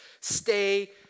stay